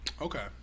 Okay